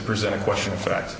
present a question of fact